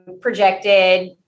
projected